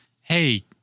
hey